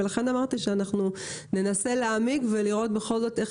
לכן אמרתי שאנחנו ננסה להעמיק ולראות בכל זאת איך